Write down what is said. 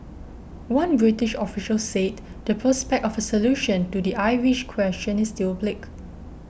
one British official said the prospect of a solution to the Irish question is still bleak